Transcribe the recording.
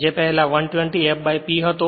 જે પહેલા 120 f P હતો